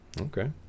okay